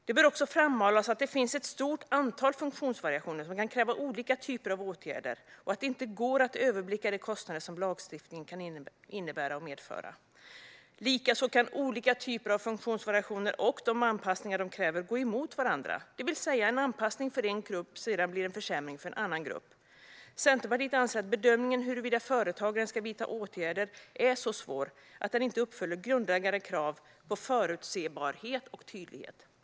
Det bör också framhållas att det finns ett stort antal funktionsvariationer som kan kräva olika typer av åtgärder och att det inte går att överblicka de kostnader som lagstiftningen kan medföra. Likaså kan olika typer av funktionsvariationer och de anpassningar de kräver gå emot varandra, det vill säga att en anpassning för en grupp sedan blir en försämring för en annan grupp. Centerpartiet anser att bedömningen huruvida företagaren ska vidta åtgärder är så svår att den inte uppfyller grundläggande krav på förutsebarhet och tydlighet.